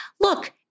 Look